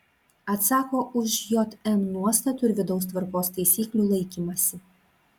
atsako už jm nuostatų ir vidaus tvarkos taisyklių laikymąsi